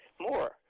more